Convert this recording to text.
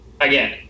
again